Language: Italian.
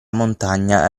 montagna